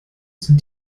sind